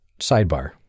Sidebar